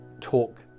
talk